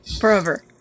forever